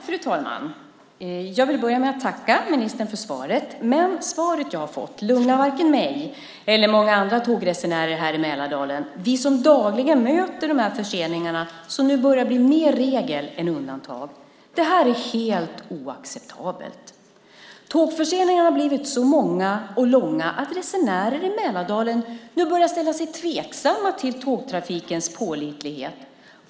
Fru talman! Jag vill börja med att tacka ministern för svaret. Men svaret jag har fått lugnar varken mig eller många andra tågresenärer här i Mälardalen, vi som dagligen möter de förseningar som nu börjar bli mer regel än undantag. Det här är helt oacceptabelt. Tågförseningarna har blivit så många och långa att resenärer i Mälardalen nu börjar ställa sig tveksamma till tågtrafikens pålitlighet.